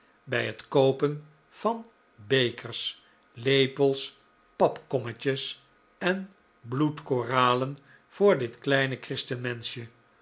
bij het koopen van bekers lepels papkommetjes en bloedkoralen voor dit kleine christenmenschje